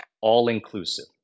all-inclusive